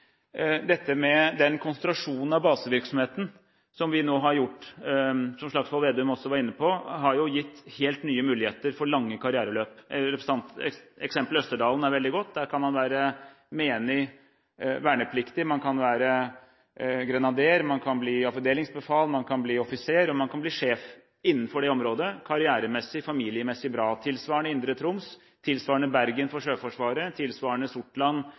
den konsentrasjonen av basevirksomheten som vi nå har gjort, og som Slagsvold Vedum også var inne på, har gitt helt nye muligheter for lange karriereløp. Eksemplet med Østerdalen er veldig godt. Der kan man være menig vernepliktig, man kan være grenader, man kan bli avdelingsbefal, man kan bli offiser, og man kan bli sjef innenfor det området – karrieremessig, familiemessig bra, tilsvarende i Indre Troms, tilsvarende i Bergen for Sjøforsvaret, tilsvarende i Sortland